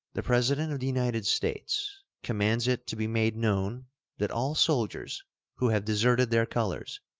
the president of the united states commands it to be made known that all soldiers who have deserted their colors,